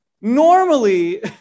normally